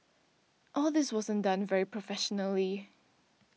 all this wasn't done very professionally